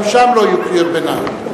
גם שם לא יהיו קריאות ביניים.